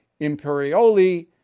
Imperioli